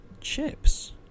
chips